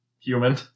human